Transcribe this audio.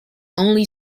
only